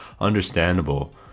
understandable